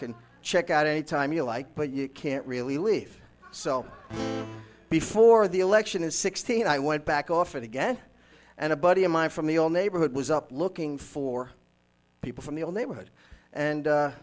can check out anytime you like but you can't really leave so before the election is sixteen i went back off again and a buddy of mine from the old neighborhood was up looking for people from the old neighborhood